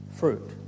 fruit